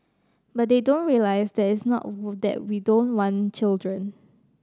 but they don't realise that it's not that we don't want children